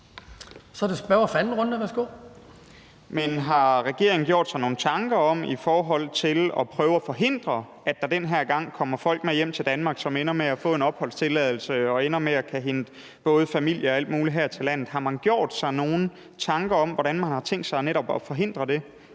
09:32 Nick Zimmermann (DF): Har regeringen gjort sig nogen tanker i forhold tilat prøve at forhindre, at der den her gang kommer folk med hjem til Danmark, som ender med at få en opholdstilladelse og ender med at kunne hente både familie og alle mulige andre her til landet? Har man gjort sig nogen tanker om, hvordan man har tænkt sig netop at forhindre det